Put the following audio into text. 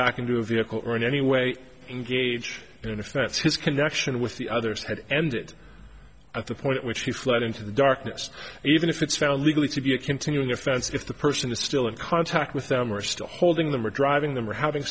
back into a vehicle or in any way engage in if that's his connection with the others had ended at the point at which he fled into the darkness even if it's found legally to be a continuing offense if the person is still in contact with them or still holding them or driving them or having